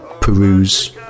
peruse